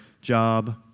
job